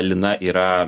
lina yra